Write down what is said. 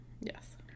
Yes